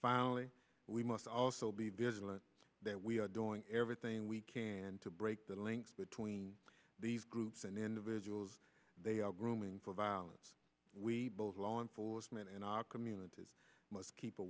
found we must also be vigilant that we are doing everything we can to break the links between these groups and individuals they are grooming for violence we both law enforcement in our community must keep a